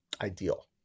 ideal